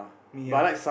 ya